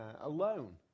alone